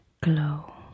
Glow